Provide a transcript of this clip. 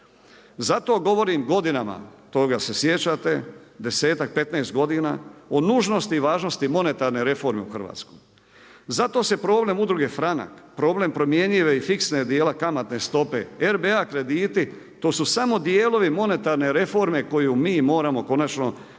Zato govorim godinama, toga se sjećate, 10-ak, 15 godina o nužnosti i važnosti monetarne reforme u Hrvatskoj. Zato se problem udruge Franak, problem promjenjive i fiksnog dijela kamatne stope, RBA krediti, to su samo dijelovi monetarne reforme koju mi moramo konačno provesti